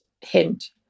hint